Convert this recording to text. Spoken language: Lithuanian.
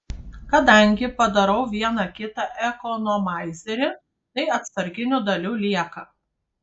kadangi padarau vieną kitą ekonomaizerį tai atsarginių dalių lieka